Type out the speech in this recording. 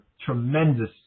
tremendous